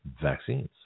vaccines